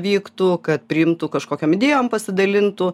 vyktų kad priimtų kažkokiom idėjom pasidalintų